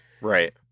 Right